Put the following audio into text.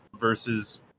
versus